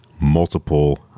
multiple